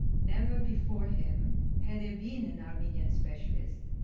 never before him had there been an armenian specialist.